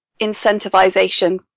incentivization